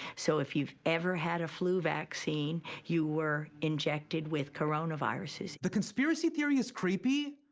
so if you've ever had a flu vaccine, you were injected with coronaviruses. the conspiracy theory is creepy,